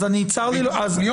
אז אני צר לי להיות,